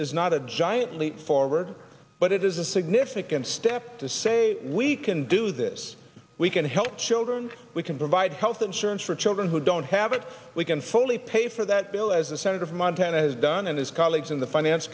is not a giant leap forward but it is a significant step to say we can do this we can help children we can provide health insurance for children who don't have it we can fully pay for that bill as a senator from montana has done and his colleagues in the finance